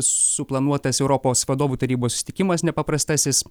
suplanuotas europos vadovų tarybos susitikimas nepaprastasis